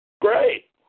Great